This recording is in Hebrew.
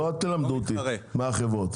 אל תלמדו אותי על החברות,